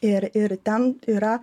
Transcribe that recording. ir ir ten yra